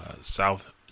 South